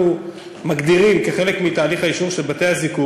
מגדירים כחלק מתהליך האישור של בתי-הזיקוק,